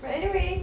but anyway